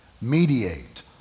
Mediate